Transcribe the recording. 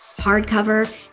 hardcover